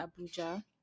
Abuja